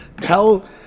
Tell